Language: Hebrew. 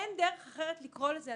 אין דרך אחרת לקרוא לזה.